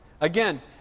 Again